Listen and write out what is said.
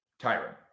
Tyron